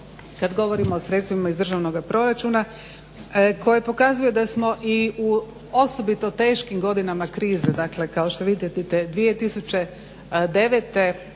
kada govorimo o sredstvima iz državnoga proračuna koje pokazuje da smo osobito teškim godinama krize kao što vidite 2009.,